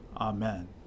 Amen